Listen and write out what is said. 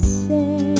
say